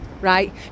right